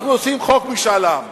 אנחנו עושים חוק משאל עם.